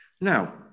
Now